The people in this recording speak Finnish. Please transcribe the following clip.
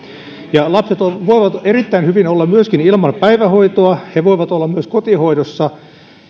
ja lapset voivat erittäin hyvin olla myöskin ilman päivähoitoa he voivat olla myös kotihoidossa